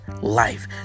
life